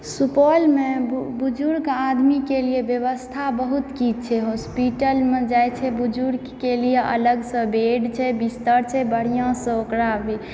सुपौल मे बुजुर्ग आदमी के लिए व्यवस्था बहुत किछु छै हॉस्पिटल मे जाय छै बुजुर्ग के लियऽ अलग सऽ बेड छै बिस्तर छै बढिऑं सऽ ओकरा